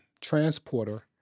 transporter